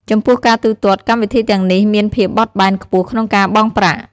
ចំពោះការទូទាត់ កម្មវិធីទាំងនេះមានភាពបត់បែនខ្ពស់ក្នុងការបង់ប្រាក់។